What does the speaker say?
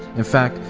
in fact,